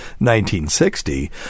1960